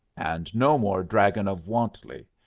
and no more dragon of wantley.